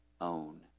own